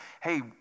hey